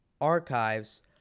archives